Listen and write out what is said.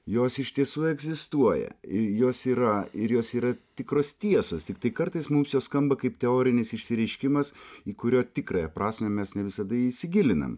jos iš tiesų egzistuoja ir jos yra ir jos yra tikros tiesos tiktai kartais mums jos skamba kaip teorinis išsireiškimas į kurio tikrąją prasmę mes ne visada įsigilinam